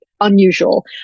unusual